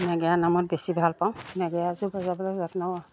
নেগেৰা নামত বেছি ভাল পাওঁ নেগেৰাযোৰ বজাবলৈ যত্ন